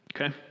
okay